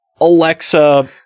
Alexa